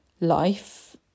life